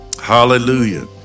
Hallelujah